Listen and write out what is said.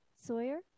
Sawyer